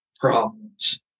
problems